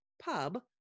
Pub